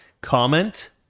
comment